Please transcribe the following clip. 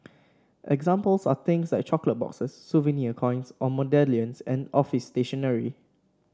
examples are things like chocolate boxes souvenir coins or medallions and office stationery